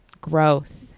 Growth